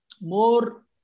more